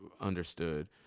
understood